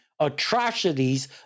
atrocities